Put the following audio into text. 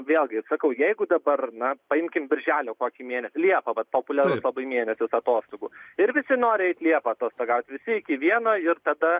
vėlgi sakau jeigu dabar na paimkim birželio kokį mėn liepa vat populiarus labai mėnesis atostogų ir visi nori eiti liepą atostogauti visi iki vieno ir tada